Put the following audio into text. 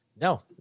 No